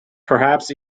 perhaps